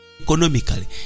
Economically